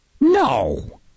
No